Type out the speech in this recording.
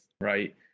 Right